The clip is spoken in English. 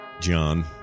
John